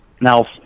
Now